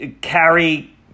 carry